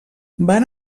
van